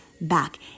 back